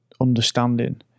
understanding